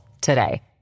today